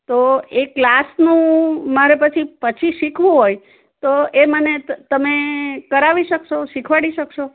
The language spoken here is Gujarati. તો એ ક્લાસનું મારે પછી પછી શીખવું હોય તો એ મને તમે કરાવી શકશો શીખવાડી શકશો